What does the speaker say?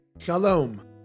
Shalom